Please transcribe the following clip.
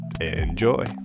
Enjoy